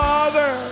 Father